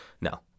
No